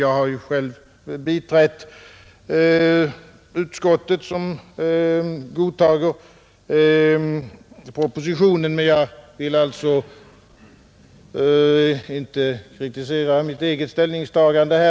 Jag har själv biträtt utskottet som godtar propositionen, och jag vill alltså inte kritisera mitt eget ställningstagande.